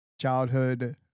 childhood